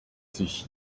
sich